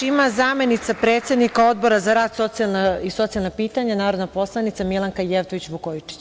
ima zamenica predsednika Odbora za rad i socijalna pitanja, narodna poslanica Milanka Jevtović Vukojičić.